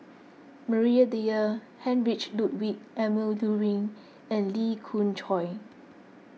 Maria Dyer Heinrich Ludwig Emil Luering and Lee Khoon Choy